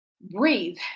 breathe